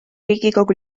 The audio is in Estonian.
riigikogu